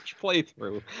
playthrough